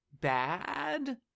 bad